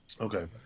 Okay